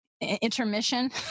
intermission